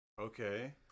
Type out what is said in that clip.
Okay